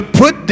put